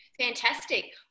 Fantastic